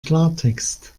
klartext